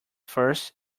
first